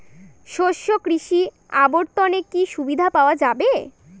শস্য কৃষি অবর্তনে কি সুবিধা পাওয়া যাবে?